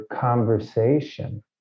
conversation